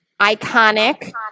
iconic